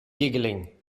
giggling